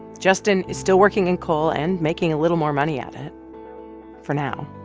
justin is still working in coal and making a little more money at it for now.